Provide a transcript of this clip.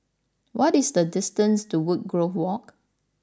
what is the distance to Woodgrove Walk